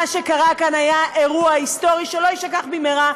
מה שקרה כאן היה אירוע היסטורי שלא יישכח במהרה.